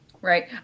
Right